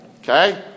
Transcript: Okay